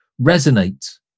resonate